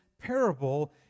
parable